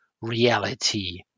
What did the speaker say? reality